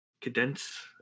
condense